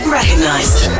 recognized